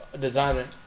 designer